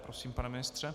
Prosím, pane ministře.